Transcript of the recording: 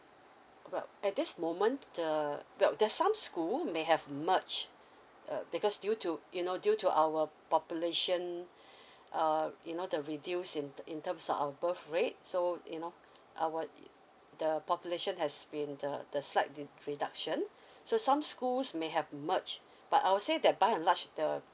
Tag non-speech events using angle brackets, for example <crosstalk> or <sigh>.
well at this moment the well there's some school may have merge uh because due to you know due to our population <breath> uh you know the reduce in in terms our birth rate so you know our the population has been the the slight reduction so some schools may have merge but I would say that by enlarge the